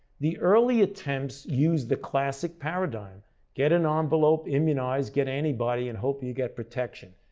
the early attempts used the classic paradigm get an um envelope, immunize, get antibody, and hope you get protection.